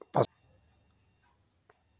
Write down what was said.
फसल को कीड़े से कैसे बचाएँ?